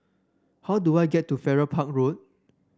how do I get to Farrer Park Road